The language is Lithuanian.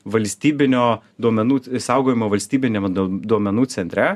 valstybinio duomenų išsaugojimo valstybiniame duomenų centre